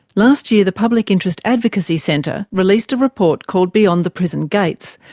last year the public interest advocacy centre released a report called beyond the prison gates,